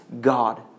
God